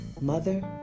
mother